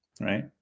right